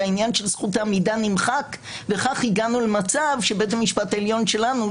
שהעניין של זכות המידה נמחק וכך הגענו למצב שבית המשפט העליון שלנו,